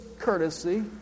courtesy